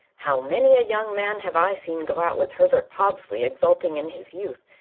how many a young man have i seen go out with herbert pobsley exulting in his youth,